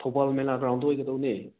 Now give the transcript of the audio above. ꯊꯧꯕꯥꯜ ꯃꯦꯂꯥꯒ꯭ꯔꯥꯎꯟꯗ ꯑꯣꯏꯒꯗꯧꯅꯦ